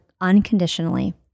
unconditionally